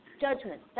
judgment